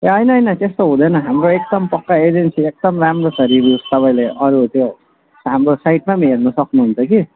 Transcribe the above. ए होइन होइन त्यस्तो हुँदैन हाम्रो एकदम पक्का एजेन्सी एकदम राम्रो छ रिभ्यु सबैले अरू त्यो हाम्रो साइटमा पनि हेर्न सक्नुहुन्छ कि